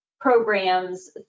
programs